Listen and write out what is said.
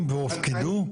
בתנאים והופקדו?